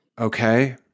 Okay